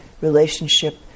relationship